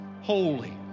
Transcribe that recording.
holy